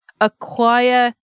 acquire